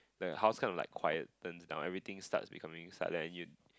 the house kinds of like quietens down everything starts becoming silent and you